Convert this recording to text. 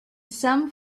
some